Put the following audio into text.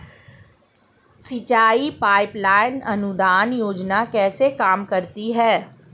सिंचाई pipeline अनुदान योजना कैसे काम करती है?